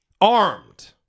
Armed